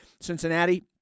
Cincinnati